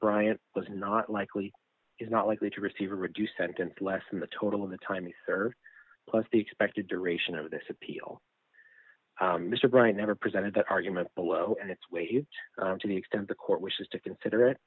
bryant was not likely is not likely to receive a reduced sentence less than the total of the time he served plus the expected duration of this appeal mr bryant never presented that argument below and it's waved to the extent the court wishes to consider